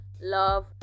love